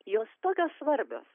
jos tokios svarbios